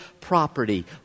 property